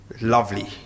Lovely